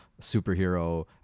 superhero